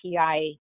api